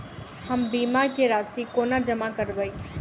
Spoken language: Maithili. हम बीमा केँ राशि कोना जमा करबै?